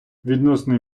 відносини